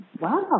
wow